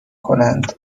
کنند